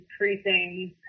increasing